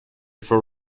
for